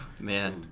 Man